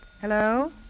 Hello